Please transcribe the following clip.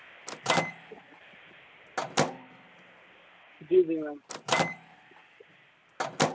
जी जी मैम